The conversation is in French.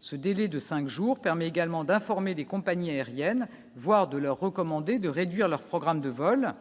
Ce délai de 5 jours permet également d'informer des compagnies aériennes, voire de leur recommander de réduire leur programme de vols